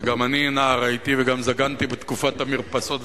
גם אני נער הייתי וגם זקנתי בתקופת המרפסות,